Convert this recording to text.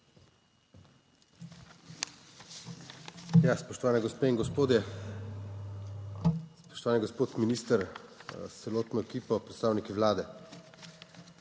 spoštovani gospe in gospodje, spoštovani gospod minister s celotno ekipo, predstavniki Vlade!